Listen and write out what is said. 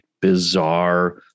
bizarre